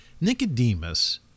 Nicodemus